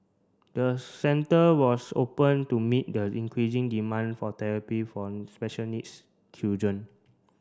the centre was opened to meet the increasing demand for therapy for special needs children